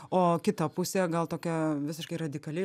o kita pusė gal tokia visiškai radikaliai